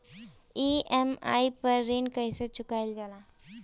EMI पर ऋण कईसे चुकाईल जाला?